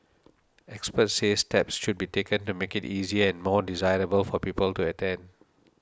experts say steps should be taken to make it easier and more desirable for people to attend